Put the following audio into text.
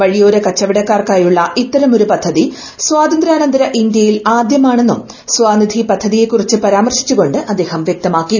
വഴിയോരക്കച്ചവടക്കാർക്കായുള്ള ഇത്തരമൊരു പദ്ധതി സ്വാതന്ത്യാനന്തര ഇന്ത്യയിൽ ആദ്യമാണെന്നും സ്വനിധി പദ്ധതിയെക്കുമിച്ച് പരാമർശിച്ചുകൊണ്ട് അദ്ദേഹം വൃക്തമാക്കി